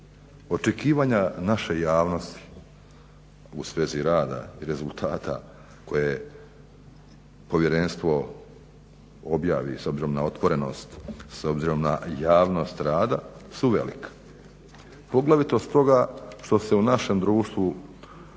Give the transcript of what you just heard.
Očekivanja naše javnosti u svezi rada i rezultata koje povjerenstvo objavi s obzirom na otvorenost, s obzirom na javnost rada su veliki. Poglavito s toga što se u našem društvu